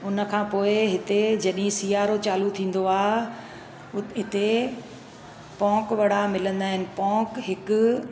उन खां पोइ हिते जॾहिं सियारो चालू थींदो आहे उ हिते पोंक वडा मिलंदा आहिनि पोंक हिकु